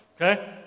Okay